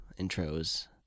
intros